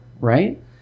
Right